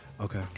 okay